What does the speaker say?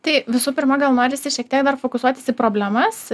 tai visų pirma gal norisi šiek tiek dar fokusuoti į problemas